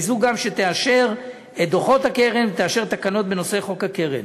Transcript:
היא גם זו שתאשר את דוחות הקרן ותאשר תקנות בנושא חוק הקרן.